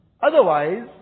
Otherwise